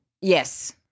Yes